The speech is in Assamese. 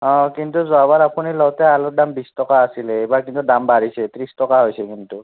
অঁ কিন্তু যোৱাবাৰ আপুনি লওঁতে আলুৰ দাম বিছ টকা আছিলে এইবাৰ কিন্তু দাম বাঢ়িছে ত্ৰিছ টকা হৈছে কিন্তু